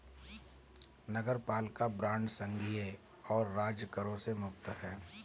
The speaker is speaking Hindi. नगरपालिका बांड संघीय और राज्य करों से मुक्त हैं